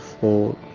four